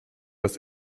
das